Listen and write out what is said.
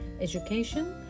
education